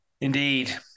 Indeed